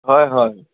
হয় হয়